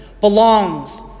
belongs